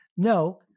No